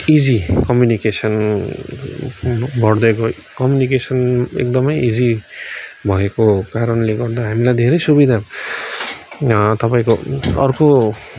easy communication बढ्दै ग communication एकदमै इजी भएको कारणले गर्दा हामीलाई धेरै सुविधा तपाईँको अर्को